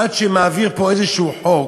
עד שמעביר פה איזשהו חוק,